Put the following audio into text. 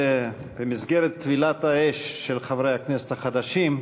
במסגרת טבילת האש של חברי הכנסת החדשים,